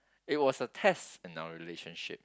it was a test in our relationship